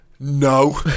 No